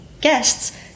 guests